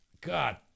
God